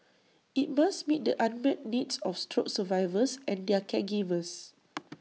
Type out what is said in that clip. IT must meet the unmet needs of stroke survivors and their caregivers